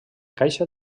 caixa